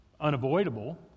unavoidable